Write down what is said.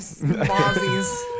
Mozzies